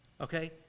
Okay